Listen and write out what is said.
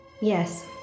Yes